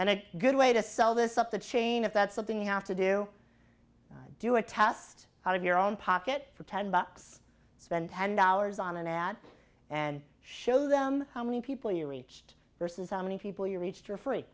and a good way to sell this up the chain if that's something you have to do do a test out of your own pocket for ten bucks spend ten dollars on an ad and show them how many people you reached versus how many people you reached for free